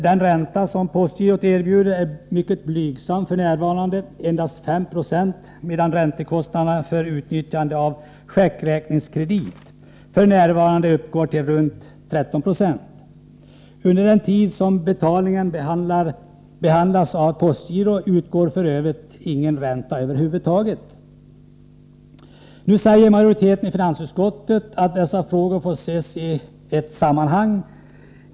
Den ränta som postgirot erbjuder är dessutom mycket blygsam, f. n. endast 5 90, medan räntan vid utnyttjande av checkräkningskredit uppgår till omkring 13 20. Under den tid som betalningen behandlas av postgirot utgår f. ö. ingen ränta över huvud taget. Nu säger majoriteten i finansutskottet att dessa frågor får ses i ett sammanhang.